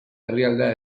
herrialdea